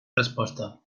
resposta